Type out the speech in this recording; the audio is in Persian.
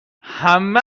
همه